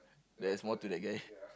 there's more to that guy